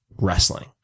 wrestling